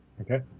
Okay